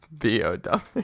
B-O-W